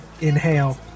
inhale